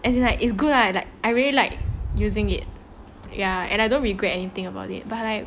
as in like is good I like I really like using it ya and I don't regret anything about it but like